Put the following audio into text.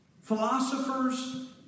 philosopher's